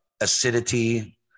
acidity